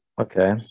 Okay